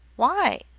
why?